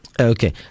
Okay